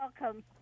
Welcome